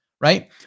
right